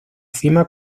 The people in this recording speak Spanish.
cima